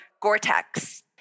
Gore-Tex